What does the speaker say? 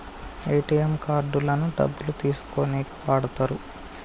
ATM కార్డులను డబ్బులు తీసుకోనీకి వాడతరు